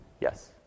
Yes